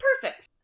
Perfect